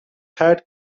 had